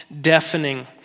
deafening